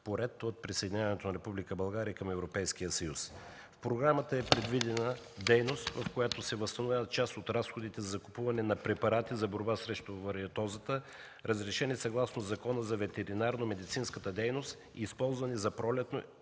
подред от присъединяването на Република България към Европейския съюз. В нея е предвидена дейност, при която се възстановяват част от разходите за купуване на препарати за борба срещу вароатозата, разрешени съгласно Закона за ветеринарномедицинската дейност, използвани за пролетно